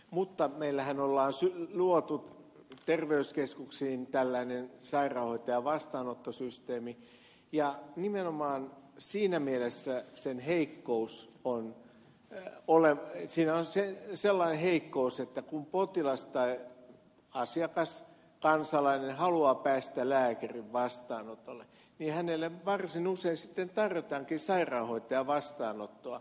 mutta meillähän on luotu terveyskeskuksiin tällainen sairaanhoitajavastaanottosysteemi ja nimenomaan siinä mielessä sen heikkous on että olen siinä on sellainen heikkous että kun potilas tai asiakas kansalainen haluaa päästä lääkärin vastaanotolle niin hänelle varsin usein tarjotaankin sairaanhoitajavastaanottoa